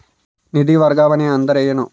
ನಿಧಿ ವರ್ಗಾವಣೆ ಅಂದರೆ ಏನು?